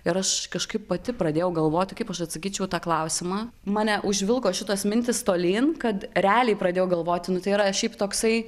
ir aš kažkaip pati pradėjau galvoti kaip aš atsakyčiau į tą klausimą mane užvilko šitos mintys tolyn kad realiai pradėjau galvoti nu tai yra šiaip toksai